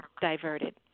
diverted